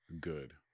Good